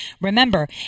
Remember